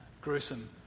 gruesome